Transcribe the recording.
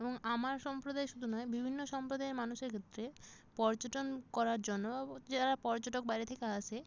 এবং আমার সম্প্রদায় শুধু নয় বিভিন্ন সম্প্রদায়ের মানুষের ক্ষেত্রে পর্যটন করার জন্য যারা পর্যটক বাইরে থেকে আসে